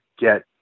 get